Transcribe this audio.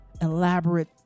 elaborate